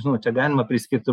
nežinau ar galima priskirti